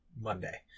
Monday